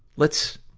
let's,